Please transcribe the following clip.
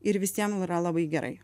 ir visiem yra labai gerai